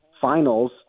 finals